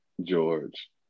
George